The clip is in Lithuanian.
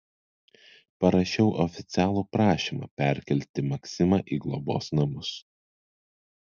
parašiau oficialų prašymą perkelti maksimą į globos namus